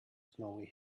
snowy